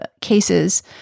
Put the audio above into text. cases